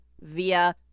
via